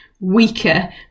weaker